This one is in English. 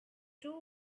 two